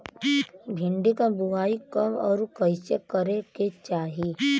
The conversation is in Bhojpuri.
भिंडी क बुआई कब अउर कइसे करे के चाही?